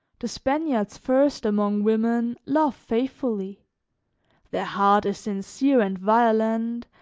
the spaniards first, among women, love faithfully their heart is sincere and violent,